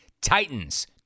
Titans